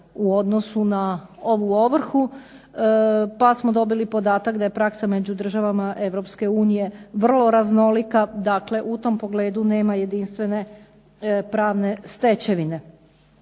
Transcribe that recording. u odnosu na ovu ovrhu, pa smo dobili podatak da je praksa među državama Europske unije vrlo raznolika, dakle u tom pogledu nema jedinstvene pravne stečevine.